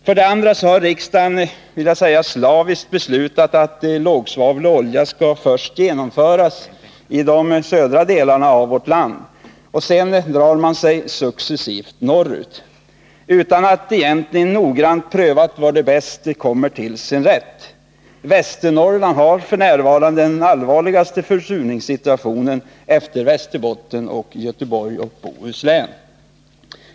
För det andra har riksdagen slaviskt beslutat att övergång till lågsvavlig olja skall ske först i de södra delarna av vårt land, och sedan drar man sig successivt norrut utan att egentligen noggrant ha prövat var den bäst behövs. Västernorrland har f.n. den allvarligaste försurningssituationen efter Västerbottens och Göteborgs och Bohus län.